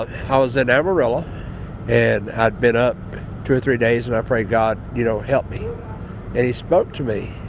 but i was in amarillo and i'd been up two or three days and i prayed, god you know help me and he spoke to me.